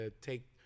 Take